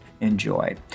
enjoy